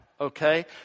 Okay